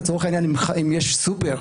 לצורך העניין אם יש סופר,